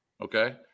Okay